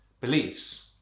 beliefs